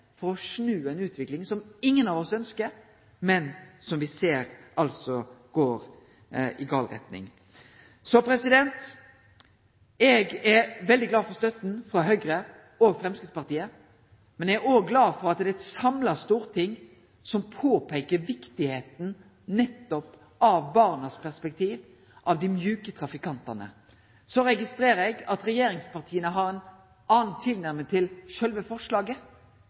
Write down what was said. for å snu ei utvikling som ingen av oss ønskjer, men som me ser går i gal retning. Eg er veldig glad for støtta frå Høgre og Framstegspartiet, men eg er óg glad for at det er eit samla storting som påpeikar viktigheita nettopp av bornas perspektiv, av dei mjuke trafikantane. Så registrerer eg at regjeringspartia har ei anna tilnærming til sjølve forslaget,